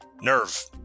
nerve